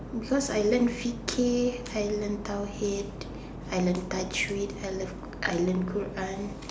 because I learn fiqah I learn tauhid I learn tajwid I learn I learn Quran